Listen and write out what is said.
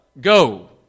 go